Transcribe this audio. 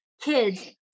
Kids